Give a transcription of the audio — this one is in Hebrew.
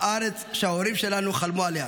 הארץ שההורים שלנו חלמו עליה,